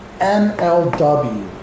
MLW